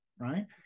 right